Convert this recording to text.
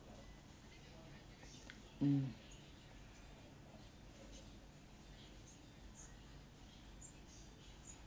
mm